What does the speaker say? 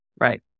right